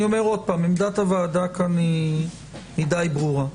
אני אומר עוד פעם: עמדת הוועדה כאן היא די ברורה.